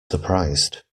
surprised